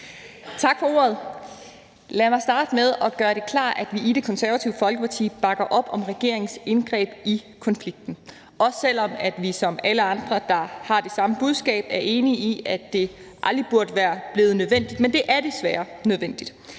Tak for ordet. Lad mig starte med at gøre det klart, at vi i Det Konservative Folkeparti bakker op om regeringens indgreb i konflikten, også selv om vi som alle andre, der har det samme budskab, er enige i, at det aldrig burde være blevet nødvendigt. Men det er desværre nødvendigt.